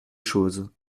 choses